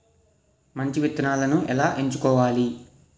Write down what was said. మంచి విత్తనాలను ఎలా ఎంచుకోవాలి?